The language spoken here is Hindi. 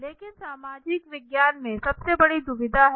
लेकिन सामाजिक विज्ञान में सबसे बड़ी दुविधा है